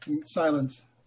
Silence